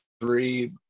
three –